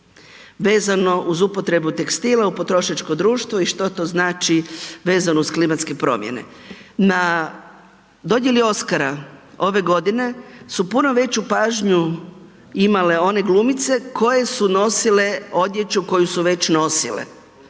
vezano uz upotrebu tekstila u potrošačko društvo i što to znači vezano uz klimatske promjene. Na dodjeli Oscara ove godine su puno veću pažnju imale one glumice koje su nosile odjeću koje su već nosile.